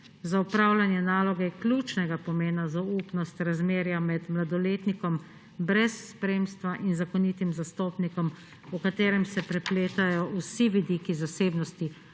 Za opravljanje naloge je ključnega pomena zaupnost razmerja med mladoletnikom brez spremstva in zakonitim zastopnikom, v katerem se prepletajo vsi vidiki zasebnosti.